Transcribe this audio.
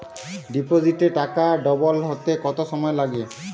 ডিপোজিটে টাকা ডবল হতে কত সময় লাগে?